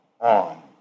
on